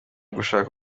gushaka